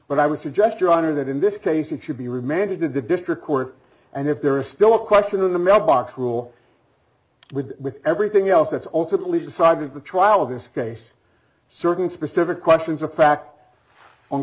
but i would suggest your honor that in this case it should be remanded to the district court and if there is still a question in the mail box rule with everything else that's ultimately decided the trial of this case certain specific questions of fact on